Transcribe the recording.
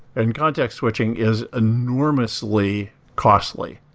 and context switching is enormously costly.